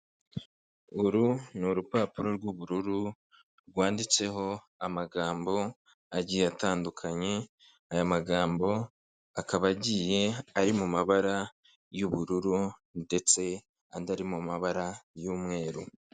Uru ni rupapuro rw'ubururu rwanditseho amagambo agiye atandukanye aya magambo akaba agiye ari mu mabara y'ubururu ndetse andi ari mu mabara y'umweru.